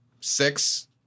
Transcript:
Six